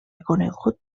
conegut